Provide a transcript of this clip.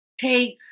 Take